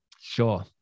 Sure